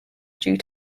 due